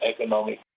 economic